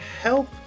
help